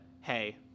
hey